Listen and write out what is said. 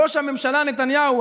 ראש הממשלה נתניהו,